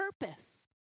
purpose